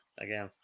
again